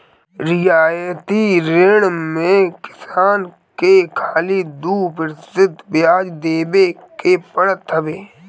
रियायती ऋण में किसान के खाली दू प्रतिशत बियाज देवे के पड़त हवे